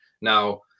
now